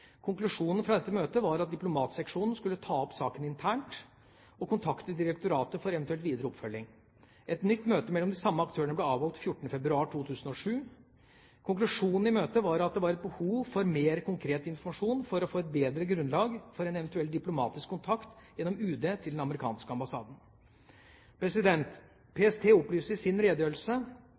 Konklusjonen fra dette møtet var at Diplomatseksjonen skulle ta opp saken internt, og kontakte direktoratet for eventuell videre oppfølging. Et nytt møte mellom de samme aktørene ble avholdt 14. februar 2007. Konklusjonen i møtet var at det var et behov for mer konkret informasjon for å få et bedre grunnlag for en eventuell diplomatisk kontakt gjennom UD til den amerikanske ambassaden. PST opplyser i sin redegjørelse